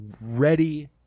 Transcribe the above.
ready